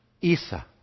Isa